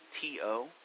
T-O